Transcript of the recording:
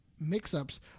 mix-ups